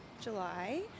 July